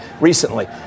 recently